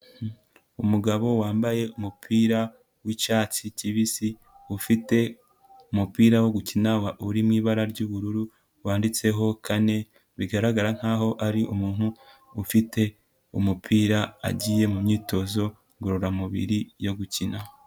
Umugabo wambaye umupira w'icyatsi kibisi, ufite umupira wo gukina uri mu ibara ry'ubururu, wanditseho kane, bigaragara nkaho ari umuntu ufite umupira agiye mu myitozo ngororamubiri yo gukina.